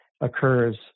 occurs